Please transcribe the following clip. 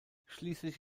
schließlich